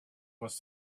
was